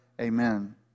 Amen